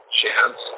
chance